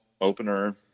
opener